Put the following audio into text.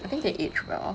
I think they age well